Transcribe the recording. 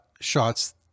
shots